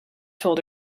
told